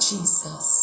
Jesus